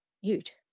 ute